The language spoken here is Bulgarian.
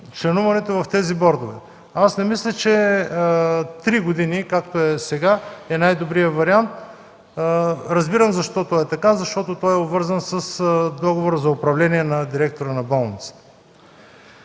членуването в тези бордове. Не мисля, че три години, както е сега, е най-добрият вариант. Разбирам защо е така – защото е обвързан с договор за управление на директора на болницата.